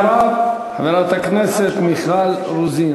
לאחריו, חברת הכנסת מיכל רוזין.